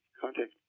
contact